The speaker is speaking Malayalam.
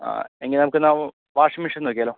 എങ്കിൽ നമുക്കെന്നാൽ വാഷിംഗ് മെഷീൻ നോക്കിയാലോ